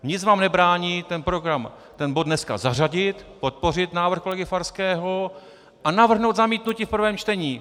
Nic vám nebrání ten bod dneska zařadit, podpořit návrh kolegy Farského a navrhnout zamítnutí v prvém čtení.